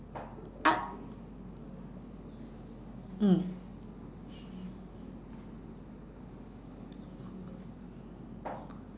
mm